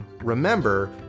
Remember